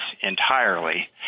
entirely